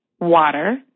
water